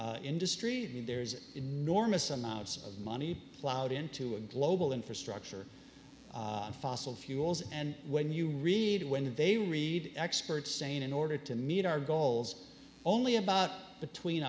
industry there's enormous amounts of money ploughed into a global infrastructure of fossil fuels and when you read it when they read experts say in order to meet our goals only about the tween